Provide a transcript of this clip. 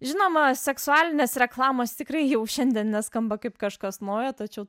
žinoma seksualinės reklamos tikrai jau šiandien neskamba kaip kažkas naujo tačiau